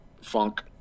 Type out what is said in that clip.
funk